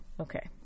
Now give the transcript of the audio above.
okay